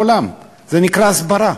זה נקרא הסברה.